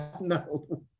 No